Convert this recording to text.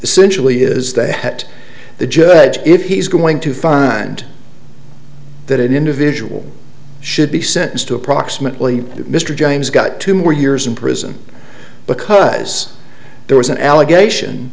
essentially is that the judge if he's going to find that an individual should be sentenced to approximately mr james got two more years in prison because there was an allegation